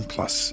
Plus